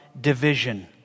division